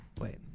Wait